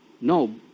No